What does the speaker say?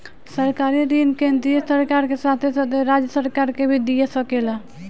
सरकारी ऋण केंद्रीय सरकार के साथे साथे राज्य सरकार के भी दिया सकेला